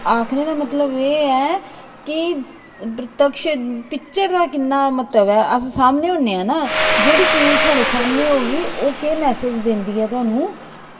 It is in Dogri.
आक्खनै दा मतलब एह् ऐ की प्रत्यक्ष चलो अस सामनै होने आं ना जेह्ड़ी चीज़ साढ़े सामनै होगी ओह् केह् मैसेज़ दिंदी ऐ थुहानू